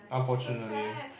unfortunately